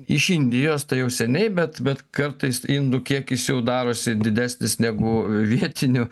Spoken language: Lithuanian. iš indijos tai jau seniai bet bet kartais indų kiekis jau darosi didesnis negu vietinių